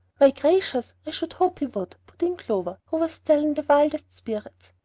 my gracious, i should hope he would, put in clover, who was still in the wildest spirits.